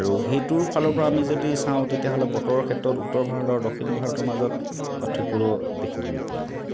আৰু সেইটোৰ ফালৰপৰা আমি যদি চাওঁ তেতিয়াহ'লে বতৰৰ ক্ষেত্ৰত উত্তৰ ভাৰতৰ আৰু দক্ষিণ ভাৰতৰ মাজত পাৰ্থক্য দেখিবলৈ পোৱা যায়